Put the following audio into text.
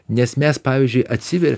nes mes pavyzdžiui atsiver